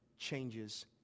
changes